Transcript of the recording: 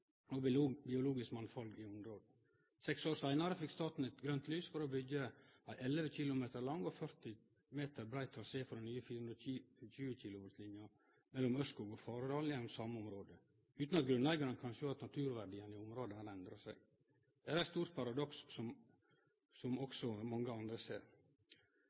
og biologisk mangfald i området. Seks år seinare har Statnett fått grønt lys til å byggje ein 11 km lang og 40 meter brei trasé for den nye 420 kV-linja mellom Ørskog og Fardal gjennom same område – utan at grunneigarane kan sjå at naturverdiane i området har endra seg. Dette er eit stort paradoks også mange andre